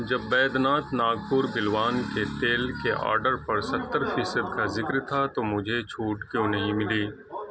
جب بیدیناتھ ناگپور بلوان کے تیل کے آرڈر پر ستر فی صد کا ذکر تھا تو مجھے چھوٹ کیوں نہیں ملی